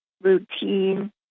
routine